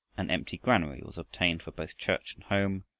an empty granary was obtained for both church and home,